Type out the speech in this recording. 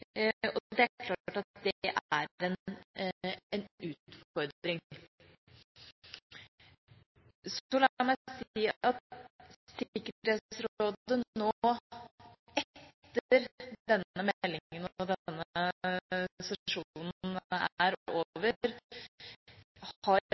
og det er klart at dette er en utfordring. La meg si at Sikkerhetsrådet nå – etter denne meldingen og denne sesjonen – har